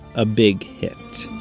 a big hit